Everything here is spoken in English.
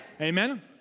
Amen